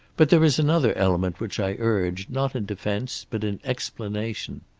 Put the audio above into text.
but there is another element which i urge, not in defense but in explanation.